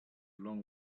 long